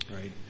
right